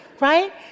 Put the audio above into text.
right